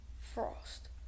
frost